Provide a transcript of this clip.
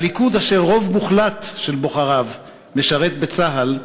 הליכוד, אשר רוב מוחלט של בוחריו משרת בצה"ל,